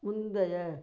முந்தைய